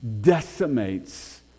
decimates